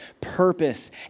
purpose